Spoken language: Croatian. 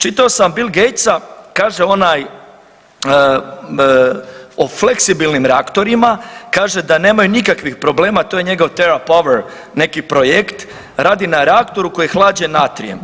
Čitao sam Bill Gatesa, kaže onaj o fleksibilnim reaktorima, kaže da nemaju nikakvih problema to je njegov … [[govornik govori engleski, ne razumije se]] neki projekt, radi na reaktoru koji je hlađen natrijem.